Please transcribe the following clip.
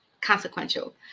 Consequential